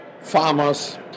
farmers